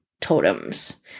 totems